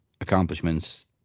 accomplishments